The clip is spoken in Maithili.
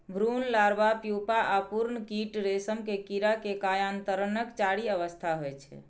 भ्रूण, लार्वा, प्यूपा आ पूर्ण कीट रेशम के कीड़ा के कायांतरणक चारि अवस्था होइ छै